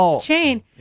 chain